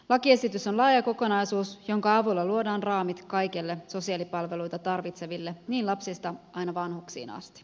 lakiesitys on laaja kokonaisuus jonka avulla luodaan raamit kaikille sosiaalipalveluita tarvitseville lapsista aina vanhuksiin asti